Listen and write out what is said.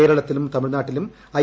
കേരളത്തിലും തമിഴ്നാട്ടിലും ഐ